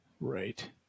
Right